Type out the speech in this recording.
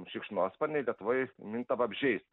šikšnosparniai lietuvoj minta vabzdžiais